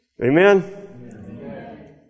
Amen